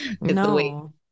no